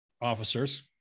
officers